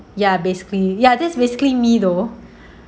ya basically ya that's basically me though